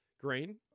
green